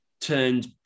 turned